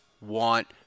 want